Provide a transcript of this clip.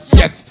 yes